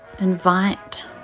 invite